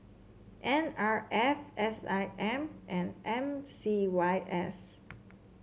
N R F S I M and M C Y S